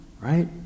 right